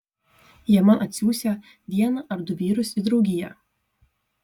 jie man atsiųsią vieną ar du vyrus į draugiją